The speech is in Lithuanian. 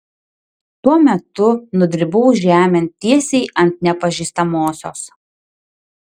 tuo metu nudribau žemėn tiesiai ant nepažįstamosios